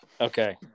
Okay